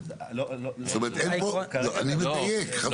אני מדייק, חברים.